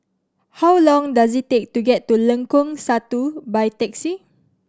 how long does it take to get to Lengkong Satu by taxi